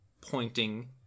pointing